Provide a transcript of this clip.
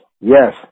yes